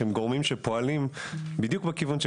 שהם גורמים שפועלים בדיוק בכיוון של